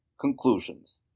conclusions